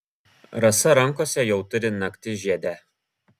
rasa rankose jau turi naktižiedę